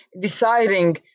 deciding